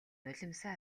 нулимсаа